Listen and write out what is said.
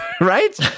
Right